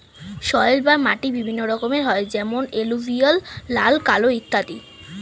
soil বা মাটি বিভিন্ন রকমের হয় যেমন এলুভিয়াল, লাল, কালো ইত্যাদি